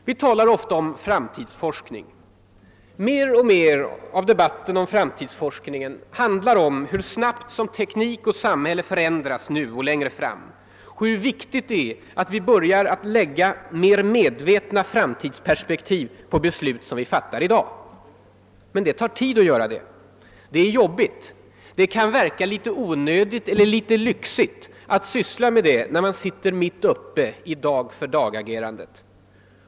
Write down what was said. Vi talar ofta om framtidsforskning. Mer och mer av debatten om framtidsforskning handlar om hur snabbt teknik och samhälle förändras nu och längre fram, och hur viktigt det är att vi börjar lägga mer medvetna framtidsperspektiv på beslut som vi fattar i dag. Men det tar tid att göra detta. Det är jobbigt. Det kan verka litet »onödigt« eller litet »lyxigt» att syssla med det när man sitter mitt uppe i dag-för-dagagerandet.